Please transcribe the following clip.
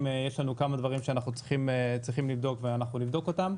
יש לנו כמה דברים שאנחנו צריכים לבדוק ואנחנו נבדוק אותם.